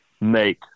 make